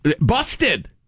Busted